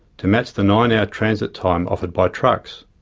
to match the nine hour transit time offered by trucks.